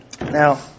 Now